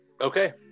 Okay